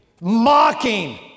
mocking